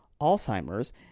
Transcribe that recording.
Alzheimer's